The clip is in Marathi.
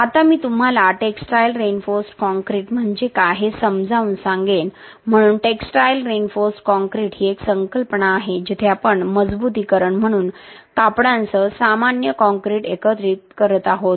आता मी तुम्हाला टेक्सटाईल रिइन्फोर्सड कंक्रीट म्हणजे काय हे समजावून सांगेन म्हणून टेक्सटाईल रिइन्फोर्सड काँक्रीट ही एक संकल्पना आहे जिथे आपण मजबुतीकरण म्हणून कापडांसह सामान्य काँक्रीट एकत्र करत आहोत